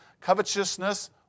covetousness